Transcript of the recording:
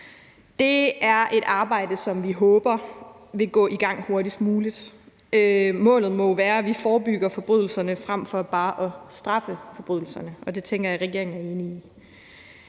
Det er et arbejde, som vi håber vil gå i gang hurtigst muligt. Målet må jo være, at vi forebygger forbrydelserne frem for bare at straffe forbryderne, og det tænker jeg regeringen er enig i.